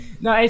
No